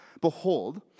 Behold